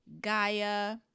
Gaia